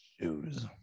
Shoes